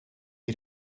had